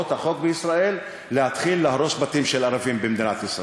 לזרועות החוק בישראל להתחיל להרוס בתים של ערבים במדינת ישראל.